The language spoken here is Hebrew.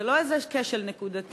זה לא איזה כשל נקודתי,